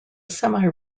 semi